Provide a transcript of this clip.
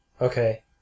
Okay